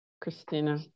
Christina